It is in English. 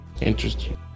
Interesting